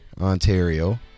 Ontario